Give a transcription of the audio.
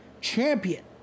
champion